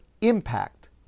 impact